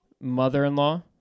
mother-in-law